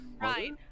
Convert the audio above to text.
Right